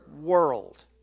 world